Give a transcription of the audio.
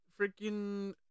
Freaking